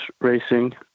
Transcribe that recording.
racing